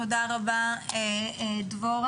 תודה רבה דבורה.